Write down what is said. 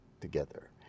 together